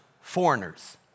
foreigners